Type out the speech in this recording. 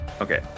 Okay